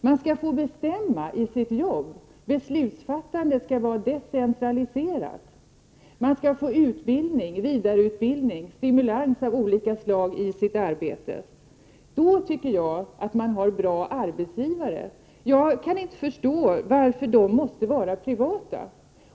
Man skall få bestämma i sitt jobb; beslutsfattandet skall vara decentraliserat. Man skall få utbildning, vidareutbildning, stimulans av olika slag i sitt arbete. Då tycker jag att man har bra arbetsgivare. Jag kan inte förstå varför bra arbetsgivare måste vara privata.